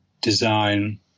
design